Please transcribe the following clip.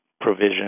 provision